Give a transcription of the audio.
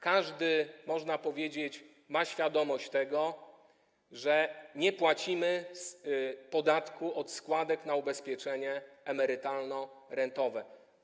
Każdy, można powiedzieć, ma świadomość tego, że nie płacimy podatku od składek na ubezpieczenie emerytalno-rentowe.